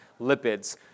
lipids